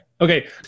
Okay